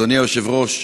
אדוני היושב-ראש,